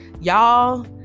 Y'all